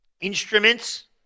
instruments